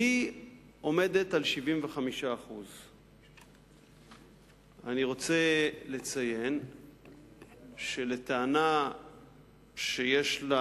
והיא עומדת על 75%. אני רוצה לציין שלטענה שיש לה